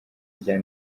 rya